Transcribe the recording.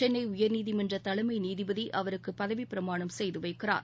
சென்னை உயர்நீதிமன்ற தலைமை நீதிபதி அவருக்கு பதவிப் பிரமாணம் செய்து வைக்கிறார்